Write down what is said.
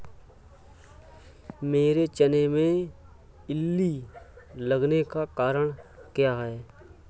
मेरे चने में इल्ली लगने का कारण क्या है?